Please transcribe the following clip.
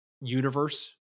universe